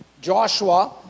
Joshua